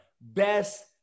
Best